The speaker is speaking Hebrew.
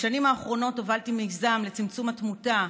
בשנים האחרונות הובלתי מיזם לצמצום התמותה,